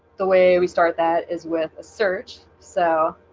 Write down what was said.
the way we start that is with a search so